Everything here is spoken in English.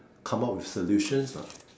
come up with solutions lah